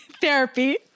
Therapy